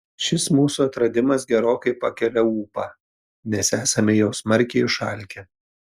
šis mūsų atradimas gerokai pakelia ūpą nes esame jau smarkiai išalkę